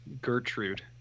Gertrude